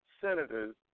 senators